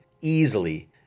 easily